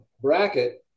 bracket